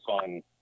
fun